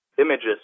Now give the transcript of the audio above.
images